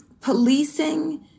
Policing